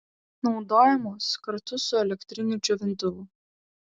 naudojamos kartu su elektriniu džiovintuvu